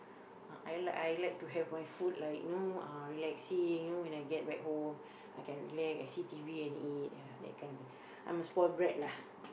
uh I like I like to have my food like you know uh relaxing you know when I get back home I can relax I see T_V and eat ya that kind of a I'm a spoiled brat lah